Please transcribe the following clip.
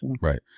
Right